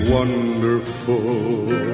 Wonderful